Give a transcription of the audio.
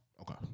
Okay